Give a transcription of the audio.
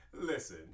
Listen